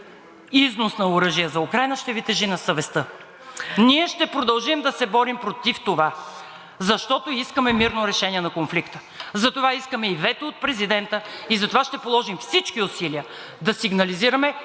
износ на оръжие за Украйна, ще Ви тежи на съвестта. Ние ще продължим да се борим против това, защото искаме мирно решение на конфликта. Затова искаме и вето от президента и затова ще положим всички усилия да сигнализираме